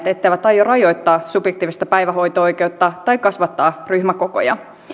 etteivät aio rajoittaa subjektiivista päivähoito oikeutta tai kasvattaa ryhmäkokoja